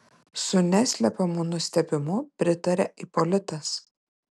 su neslepiamu nustebimu pritarė ipolitas